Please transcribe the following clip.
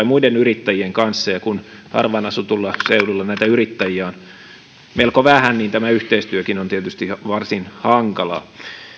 muiden yrittäjien kanssa ja kun harvaan asutulla seudulla näitä yrittäjiä on melko vähän niin tämä yhteistyökin on tietysti varsin hankalaa